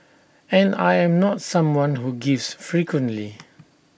and I am not someone who gives frequently